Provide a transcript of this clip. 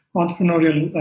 entrepreneurial